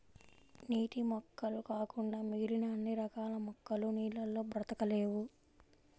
నీటి మొక్కలు కాకుండా మిగిలిన అన్ని రకాల మొక్కలు నీళ్ళల్లో బ్రతకలేవు